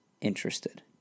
interested